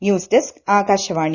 news desk Akashvani